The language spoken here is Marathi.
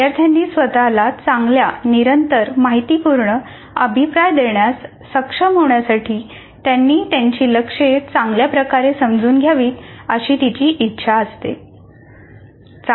विद्यार्थ्यांनी स्वत ला चांगल्या निरंतर माहितीपूर्ण अभिप्राय देण्यास सक्षम होण्यासाठी त्यांनी त्यांची लक्ष्ये चांगल्या प्रकारे समजून घ्यावीत अशी तिची इच्छा असते